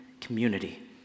community